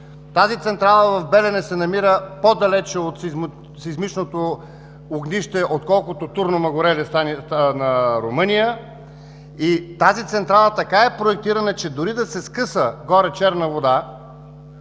Централата в Белене се намира по-далеч от сеизмичното огнище, отколкото Турну Мъгуреле – Румъния. Тази централа така е проектирана, че дори да се скъса горе „Черна вода“